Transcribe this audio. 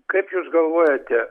kaip jūs galvojate